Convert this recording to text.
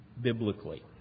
biblically